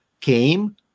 came